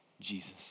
Jesus